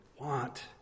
want